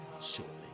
shortly